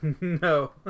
No